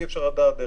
אי-אפשר לדעת אם